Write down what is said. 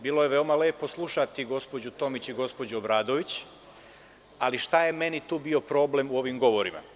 Bilo je veoma lepo slušati gospođu Tomić i gospođu Obradović, ali šta je tu meni bio problem u ovim govorima?